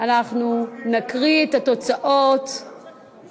מכיוון שהוא לא דיבר על ההצעה, אני